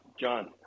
John